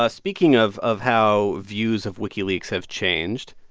ah speaking of of how views of wikileaks have changed,